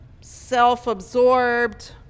self-absorbed